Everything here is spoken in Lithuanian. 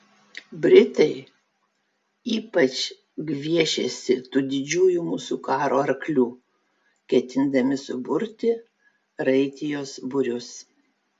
britai ypač gviešiasi tų didžiųjų mūsų karo arklių ketindami suburti raitijos būrius